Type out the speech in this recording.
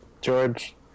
George